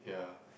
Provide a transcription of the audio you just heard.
ya